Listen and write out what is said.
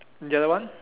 the other one